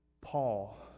Paul